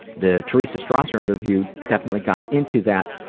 the teresa strasser interview definitely got into that,